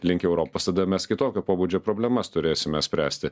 link europos tada mes kitokio pobūdžio problemas turėsime spręsti